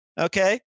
okay